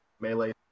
melee